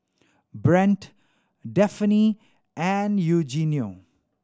Brant Daphne and Eugenio